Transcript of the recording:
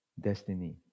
destiny